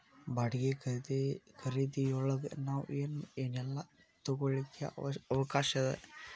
ಬಾಡ್ಗಿ ಖರಿದಿಯೊಳಗ್ ನಾವ್ ಏನ್ ಏನೇಲ್ಲಾ ತಗೊಳಿಕ್ಕೆ ಅವ್ಕಾಷದ?